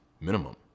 minimum